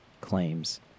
claims